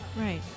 Right